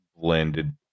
blended